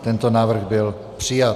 Tento návrh byl přijat.